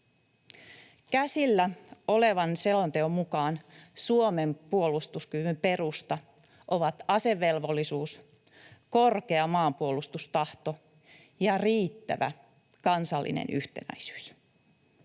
Käsillä olevan selonteon mukaan Suomen puolustuskyvyn perusta on asevelvollisuus, korkea maanpuolustustahto ja riittävä kansallinen yhtenäisyys.